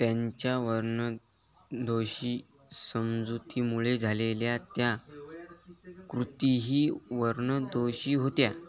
त्यांच्या वर्णदोषी समजुतीमुळे झालेल्या त्या कृतीही वर्णदोषी होत्या